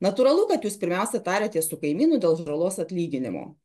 natūralu kad jūs pirmiausia tariatės su kaimynu dėl žalos atlyginimo